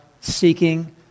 Seeking